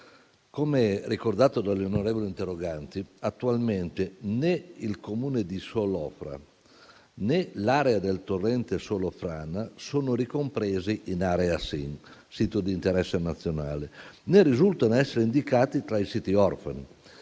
come ricordato dall'interrogante, attualmente né il Comune di Solofra, né l'area del torrente Solofrana sono ricompresi in area sito di interesse nazionale (SIN), né risultano essere indicati tra i siti orfani.